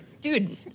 Dude